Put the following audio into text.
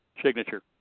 signature